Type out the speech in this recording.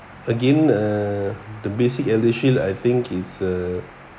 again err the basic eldershield I think is a